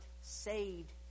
saved